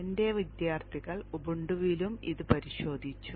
എന്റെ വിദ്യാർത്ഥികൾ ഉബുണ്ടുവിലും ഇത് പരിശോധിച്ചു